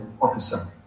officer